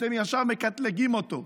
אתם ישר מקטלגים אותו.